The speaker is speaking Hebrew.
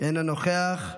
אינו נוכח,